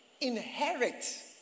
inherit